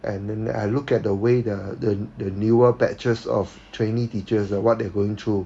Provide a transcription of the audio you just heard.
and then I look at the way the the the newer batches of trainee teachers ah what they're going through